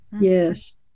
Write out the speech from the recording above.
Yes